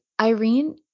Irene